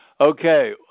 Okay